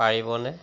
পাৰিবনে